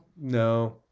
no